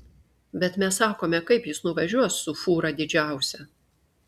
bet mes sakome kaip jis nuvažiuos su fūra didžiausia